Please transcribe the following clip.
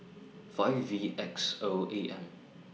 five V X O A M